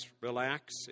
relax